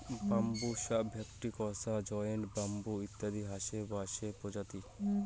Bambusa ventricosa, giant bamboo ইত্যাদি হসে বাঁশের প্রজাতি